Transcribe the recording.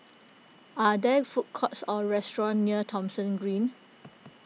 are there food courts or restaurants near Thomson Green